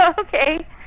Okay